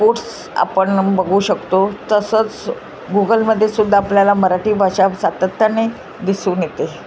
course आपण बघू शकतो तसंच गुगलमध्ये सुद्धा आपल्याला मराठी भाषा सातत्याने दिसून येते